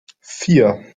vier